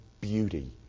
beauty